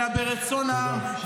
אלא ברצון העם.